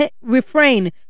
refrain